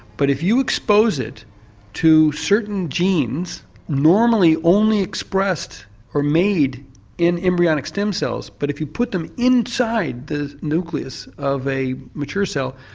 but if you expose it to certain genes normally only expressed or made in embryonic stem cells, but if you put them inside the nucleus of a mature cell,